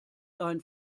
dein